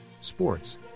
Sports